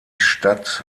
stadt